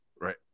right